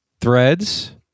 threads